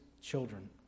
children